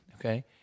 okay